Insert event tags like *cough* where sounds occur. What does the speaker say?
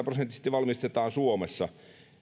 *unintelligible* prosenttisesti valmistetaan suomessa